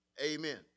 Amen